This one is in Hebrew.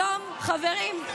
היום, חברים,